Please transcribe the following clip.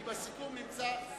כי בסיכום נמצא זה.